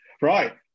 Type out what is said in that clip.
Right